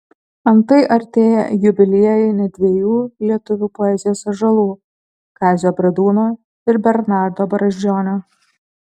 antai artėja jubiliejai net dviejų lietuvių poezijos ąžuolų kazio bradūno ir bernardo brazdžionio